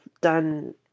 done